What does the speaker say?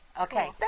Okay